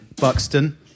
Buxton